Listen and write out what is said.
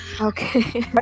Okay